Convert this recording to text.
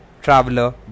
traveler